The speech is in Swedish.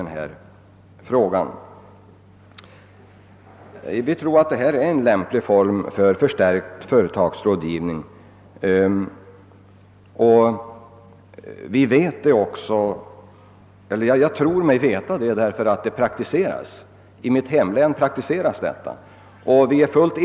Enligt vår åsikt är det här en mycket lämplig form för förbättring av företagsrådgivningen som föreslås. Jag tror mig kunna säga detta också därför att det i mitt hemlän praktiseras sådan företagsrådgivning.